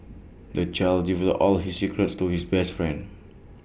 the child divulged all his secrets to his best friend